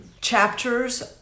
chapters